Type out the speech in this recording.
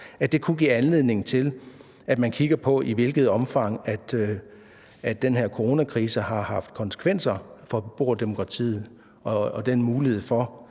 oktober kunne give anledning til, at man kigger på, i hvilket omfang den her coronakrise har haft konsekvenser for beboerdemokratiet og den mulighed for